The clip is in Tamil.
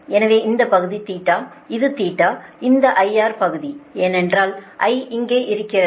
எனவே இந்த பகுதி இது இந்த IR பகுதி ஏனென்றால் I இங்கே இருக்கிறது